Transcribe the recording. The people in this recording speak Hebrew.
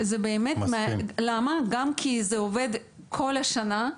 גם כי זה עובד בכל השנה,